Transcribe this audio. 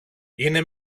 είναι